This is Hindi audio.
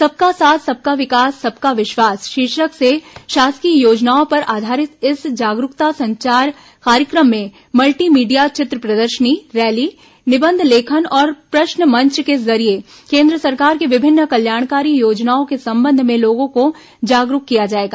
सबका साथ सबका विकास सबका विश्वास शीर्षक से शासकीय योजनाओं पर आधारित इस जागरूकता संचार कार्यक्रम में मल्टी मीडिया चित्र प्रदर्शनी रैली निबंध लेखन और प्रश्न मंच के जरिये केन्द्र सरकार की विभिन्न कल्याणकारी योजनाओं के संबंध में लोगों को जागरूक किया जाएगा